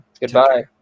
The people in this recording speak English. Goodbye